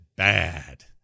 bad